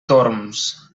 torms